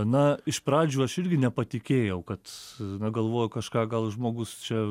na iš pradžių aš irgi nepatikėjau kad na galvoju kažką gal žmogus čia